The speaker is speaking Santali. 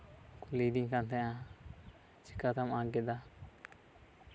ᱠᱩᱞᱤᱫᱤᱧ ᱛᱟᱦᱮᱸᱜᱼᱟ ᱪᱤᱠᱟᱹ ᱛᱮᱢ ᱟᱸᱠ ᱠᱮᱫᱟ